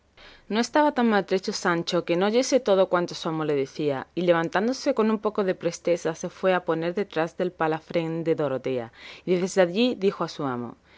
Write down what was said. no estaba tan maltrecho sancho que no oyese todo cuanto su amo le decía y levantándose con un poco de presteza se fue a poner detrás del palafrén de dorotea y desde allí dijo a su amo